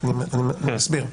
אני מסביר.